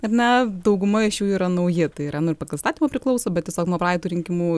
ir na dauguma iš jų yra nauji tai yra nu ir pagal įstatymą priklauso bet tiesiog nuo praeitų rinkimų